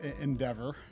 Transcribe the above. endeavor